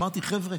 אמרתי: חבר'ה,